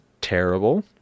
terrible